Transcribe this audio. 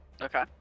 Okay